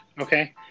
Okay